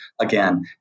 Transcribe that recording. again